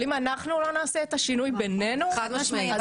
אבל אם אנחנו לא נעשה את השינוי בינינו -- חד-משמעית.